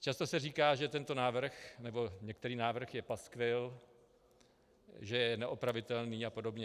Často se říká, že tento návrh, nebo některý návrh je paskvil, že je neopravitelný a podobně.